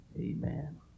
Amen